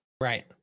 Right